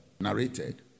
narrated